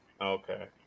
Okay